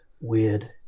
weird